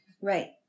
Right